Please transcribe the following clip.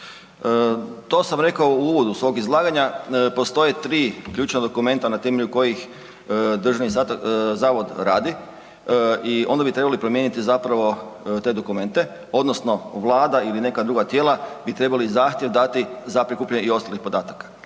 To sam rekao u uvodu svog izlaganja, postojte tri ključna dokumenta na temelju kojih DZS radi i onda bi trebali promijeniti te dokumente odnosno Vlada ili neka druga tijela bi trebali zahtjev dati za prikupljanje i ostalih podataka.